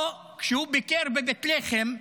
או כשהוא ביקר בבית לחם,